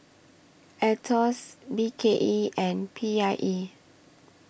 Aetos B K E and P I E